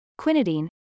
quinidine